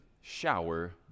shower